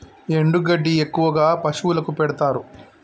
ఎండు గడ్డి ఎక్కువగా పశువులకు పెడుతారు